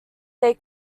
they